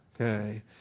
Okay